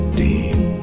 deep